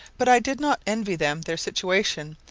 but i did not envy them their situation,